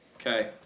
Okay